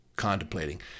contemplating